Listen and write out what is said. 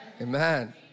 Amen